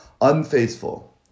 unfaithful